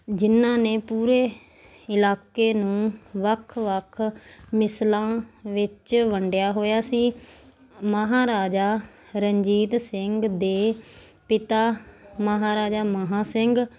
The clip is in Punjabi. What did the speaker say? ਜਿਹਨਾਂ ਨੇ ਪੂਰੇ ਇਲਾਕੇ ਨੂੰ ਵੱਖ ਵੱਖ ਮਿਸਲਾਂ ਵਿੱਚ ਵੰਡਿਆ ਹੋਇਆ ਸੀ ਮਹਾਰਾਜਾ ਰਣਜੀਤ ਸਿੰਘ ਦੇ ਪਿਤਾ ਮਹਾਰਾਜਾ ਮਹਾਂ ਸਿੰਘ